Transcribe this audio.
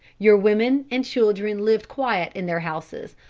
your women and children lived quiet in their houses,